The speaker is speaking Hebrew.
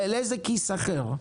לאיזה כיס אחר?